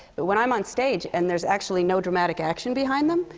but when i'm on stage and there's actually no dramatic action behind them?